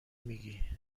میگی